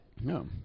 No